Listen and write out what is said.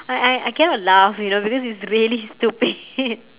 I I I cannot laugh you know because it's really stupid